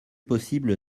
possible